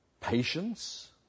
patience